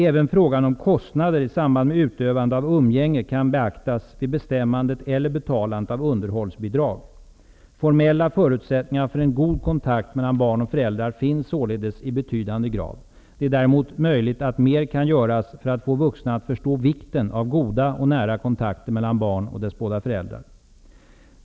Även frågan om kostnader i samband med utövandet av umgänge kan beaktas vid bestämmandet eller betalandet av underhållsbidrag. Formella förutsättningar för en god kontakt mellan barn och föräldrar finns således i betydande grad. Det är däremot möjligt att mer kan göras för att få vuxna att förstå vikten av goda och nära kontakter mellan barn och båda dess föräldrar.